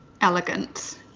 elegant